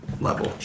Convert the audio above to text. level